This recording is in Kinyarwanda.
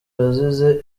yazize